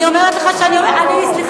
אני אומרת לך, כל הכבוד.